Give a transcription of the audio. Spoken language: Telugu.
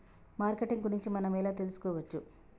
మార్కెటింగ్ గురించి మనం ఎలా తెలుసుకోవచ్చు?